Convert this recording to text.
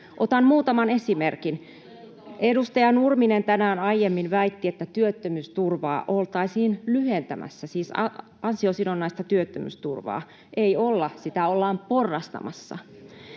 Otan muutaman esimerkin. Edustaja Nurminen tänään aiemmin väitti, että työttömyysturvaa oltaisiin lyhentämässä, siis ansiosidonnaista työttömyysturvaa. Ei olla, sitä ollaan porrastamassa.